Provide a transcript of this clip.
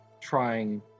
trying